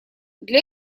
для